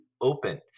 open